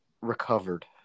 recovered